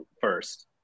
first